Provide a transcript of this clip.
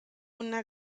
una